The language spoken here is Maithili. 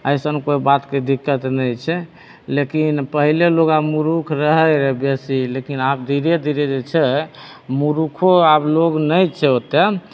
अइसन कोइ बातके दिक्कत नहि छै लेकिन पहिले लोग आ मुरूख रहै रऽ बेसी लेकिन आब धीरे धीरे जे छै मुरुखो आब लोग नहि छै ओतेक